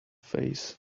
fays